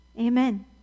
Amen